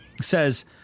Says